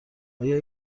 آیا